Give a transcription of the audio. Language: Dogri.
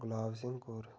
गुलाब सिंह होर